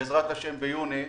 בעזרת השם ביוני,